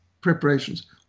preparations